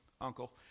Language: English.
uncle